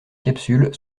capsule